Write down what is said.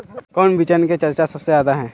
कौन बिचन के चर्चा सबसे ज्यादा है?